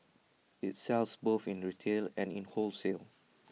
IT sells both in retail and in wholesale